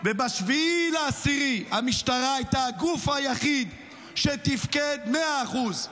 ב-7 באוקטובר המשטרה הייתה הגוף היחיד שתפקד מאה אחוז.